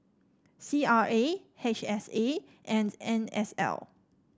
C R A H S A and N S L